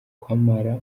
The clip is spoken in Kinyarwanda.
kw’amara